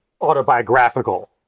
autobiographical